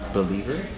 believer